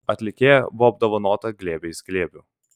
atlikėja buvo apdovanota glėbiais glėbių